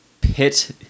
pit